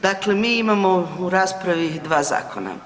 Dakle, mi imamo u raspravi dva zakona.